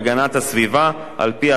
על-פי הצעת השר להגנת הסביבה.